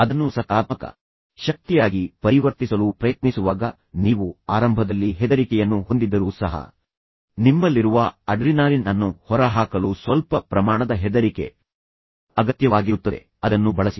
ಅದನ್ನು ಸಕಾರಾತ್ಮಕ ಶಕ್ತಿಯಾಗಿ ಪರಿವರ್ತಿಸಲು ಪ್ರಯತ್ನಿಸುವಾಗ ನೀವು ಆರಂಭದಲ್ಲಿ ಹೆದರಿಕೆಯನ್ನು ಹೊಂದಿದ್ದರೂ ಸಹ ನಿಮ್ಮಲ್ಲಿರುವ ಅಡ್ರಿನಾಲಿನ್ ಅನ್ನು ಹೊರಹಾಕಲು ಸ್ವಲ್ಪ ಪ್ರಮಾಣದ ಹೆದರಿಕೆ ಅಗತ್ಯವಾಗಿರುತ್ತದೆ ಆದ್ದರಿಂದ ಅದನ್ನು ಬಳಸಿ